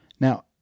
Now